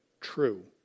true